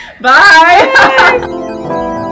Bye